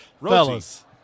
Fellas